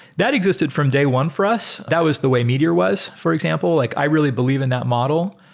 that existed from day one for us. that was the way meteor was, for example. like i really believe in that model,